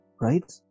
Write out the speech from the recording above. Right